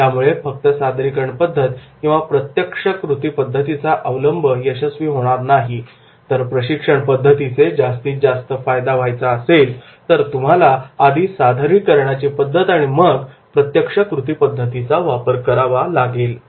त्यामुळे फक्त सादरीकरण पद्धत किंवा फक्त प्रत्यक्ष कृती पद्धतीचा अवलंब यशस्वी होणार नाही तर प्रशिक्षण पद्धतीचे जास्तीत जास्त फायदा व्हायचा असेल तर तुम्हाला आधी सादरीकरणाची पद्धत आणि मग प्रत्यक्ष कृती पद्धतीचा वापर करावा लागेल